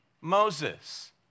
Moses